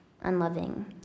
unloving